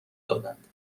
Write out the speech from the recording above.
دادند